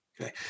Okay